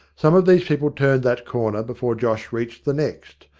some of these people turned that corner before josh reached the next,